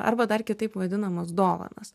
arba dar kitaip vadinamas dovanas